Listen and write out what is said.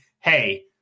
hey